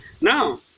now